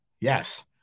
Yes